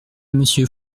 monsieur